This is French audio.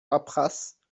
paperasses